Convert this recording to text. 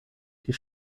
die